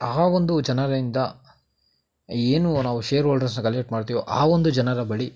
ಆ ಒಂದು ಜನರಿಂದ ಏನು ನಾವು ಷೇರ್ ಓಲ್ಡರ್ಸನ್ನ ಕಲೆಕ್ಟ್ ಮಾಡ್ತೀವೋ ಆ ಒಂದು ಜನರ ಬಳಿ